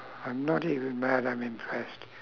I'm not even mad I'm impressed